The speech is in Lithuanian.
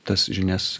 tas žinias